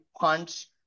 punch